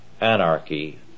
anarchy